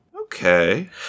okay